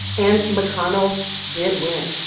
and mcconnell did win.